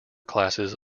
classes